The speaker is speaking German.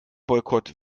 boykott